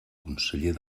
conseller